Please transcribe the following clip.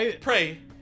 pray